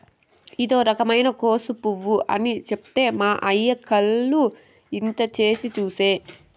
ఇదో రకమైన కోసు పువ్వు అని చెప్తే మా అయ్య కళ్ళు ఇంత చేసి చూసే